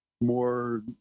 more